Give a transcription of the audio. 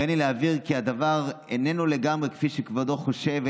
הריני להבהיר כי הדבר איננו לגמרי כפי שכבודו חושב,